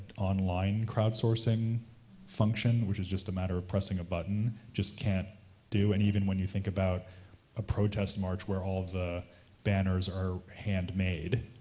online crowd-sourcing function, which is just a matter of pressing a button, just can't do, and even when you think about a protest march where all the banners are hand-made,